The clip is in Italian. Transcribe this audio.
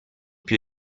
più